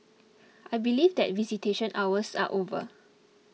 I believe that visitation hours are over